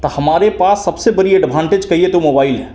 तो हमारे पास सबसे बड़ा एडभान्टेज कहिए तो मोबाइल है